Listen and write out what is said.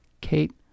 Kate